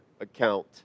account